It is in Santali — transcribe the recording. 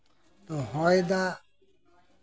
ᱦᱚᱭ ᱫᱟᱜ